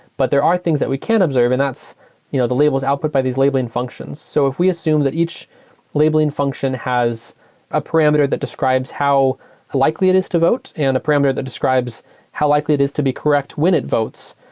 but there are things that we can observe, and that's you know the labels output by these labeling functions. so if we assume that each labeling function has a parameter that describes how likely it is to vote and a parameter that describes how likely it is to be correct when it votes,